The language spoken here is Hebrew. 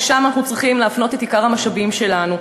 לשם אנו צריכים להפנות את עיקר המשאבים שלנו.